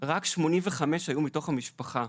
רק 85 היו מתוך המשפחה.